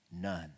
none